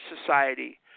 society